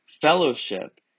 fellowship